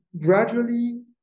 gradually